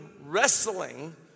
wrestling